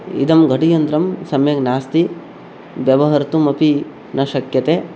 इदं घटीयन्त्रं सम्यक् नास्ति व्यवहर्तुमपि न शक्यते